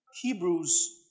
Hebrews